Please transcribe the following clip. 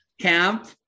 Camp